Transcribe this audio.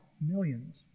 millions